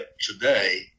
today